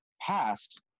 passed